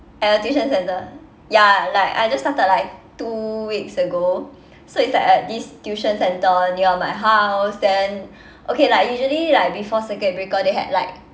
at a tuition centre ya like I just started like two weeks ago so it's like at this tuition centre near my house then okay like usually like before circuit breaker they had like